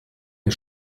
der